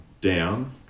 down